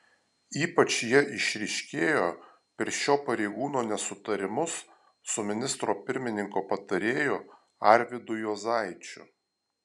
ypač jie išryškėjo per šio pareigūno nesutarimus su ministro pirmininko patarėju arvydu juozaičiu